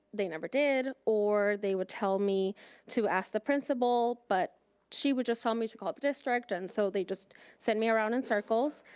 they never did. or they would tell me to ask the principal but she would just tell me to call the district and so they just sent me around in circles.